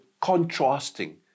contrasting